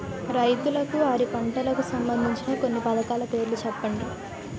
రైతులకు వారి పంటలకు సంబందించిన కొన్ని పథకాల పేర్లు చెప్పండి?